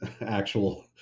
actual